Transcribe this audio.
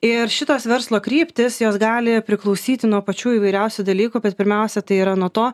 ir šitos verslo kryptys jos gali priklausyti nuo pačių įvairiausių dalykų bet pirmiausia tai yra nuo to